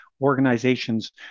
organizations